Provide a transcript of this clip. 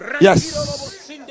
Yes